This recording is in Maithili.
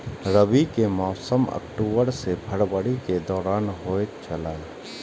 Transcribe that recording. रबी के मौसम अक्टूबर से फरवरी के दौरान होतय छला